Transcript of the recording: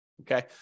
Okay